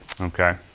Okay